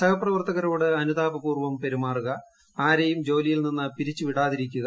സഹപ്രവർത്തകരോട് അനുതാപപൂർവ്വം പെരുമാറുക ആരെയും ജോലിയിൽ നിന്ന് പിരിച്ചു വിടാതിരിക്കുക